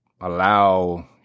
allow